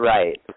Right